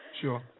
Sure